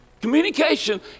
Communication